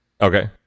Okay